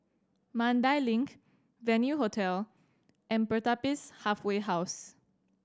Mandai Link Venue Hotel and Pertapis Halfway House